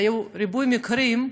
והיה ריבוי מקרים,